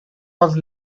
was